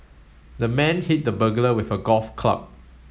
the man hit the burglar with a golf club